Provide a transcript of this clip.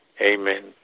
Amen